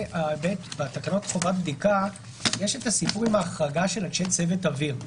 בתקנות חובת בדיקה יש הסיפור עם ההחרגה של אנשי צוות אוויר.